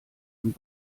und